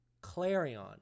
Clarion